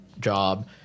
job